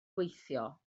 gweithio